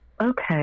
Okay